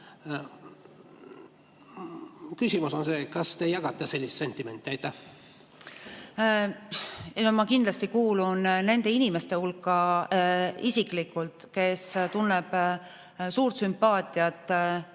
Küsimus on see: kas te jagate sellist sentimenti? Ma kindlasti kuulun nende inimeste hulka, kes tunnevad suurt sümpaatiat Ukraina